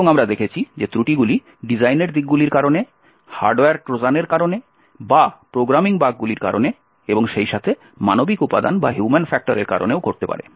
এবং আমরা দেখেছি যে ত্রুটিগুলি ডিজাইনের দিকগুলির কারণে হার্ডওয়্যার ট্রোজানের কারণে বা প্রোগ্রামিং বাগগুলির কারণে এবং সেইসাথে মানবিক উপাদানের কারণেও ঘটতে পারে